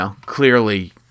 clearly